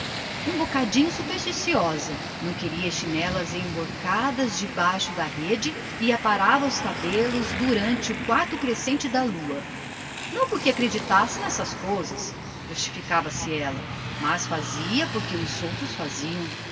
um bocadinho supersticiosa não queria as chinelas emborcadas debaixo da rede e só aparava os cabelos durante o quarto crescente da lua não que acreditasse nessas coisas justificava se ela mas fazia porque os outros faziam